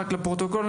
רק לפרוטוקול,